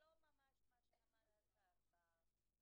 של מצוקת העובדים והעובדות הסוציאליים בכלל, אבל